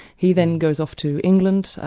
he then goes off to england,